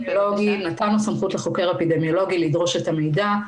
נתנו סמכות לחוקר האפידמיולוגי לדרוש את המידע.